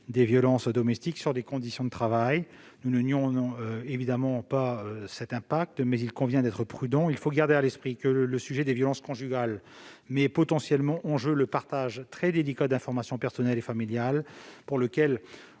des violences domestiques sur les conditions de travail. Nous ne nions bien entendu pas cet impact, mais il convient d'être prudent : il faut garder à l'esprit que le sujet des violences conjugales met potentiellement en jeu le partage très délicat d'informations personnelles et familiales, pour lequel le